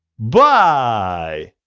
bye!